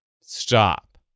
Stop